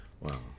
Wow